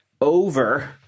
over